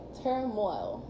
turmoil